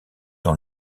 dans